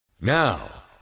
Now